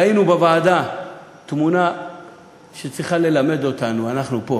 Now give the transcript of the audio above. ראינו בוועדה תמונה שצריכה ללמד אותנו, אנחנו פה,